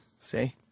see